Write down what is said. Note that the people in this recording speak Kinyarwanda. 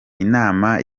inama